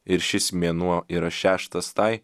ir šis mėnuo yra šeštas tai